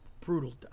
brutal